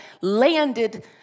landed